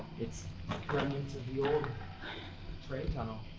it's remnants of the old train tunnel.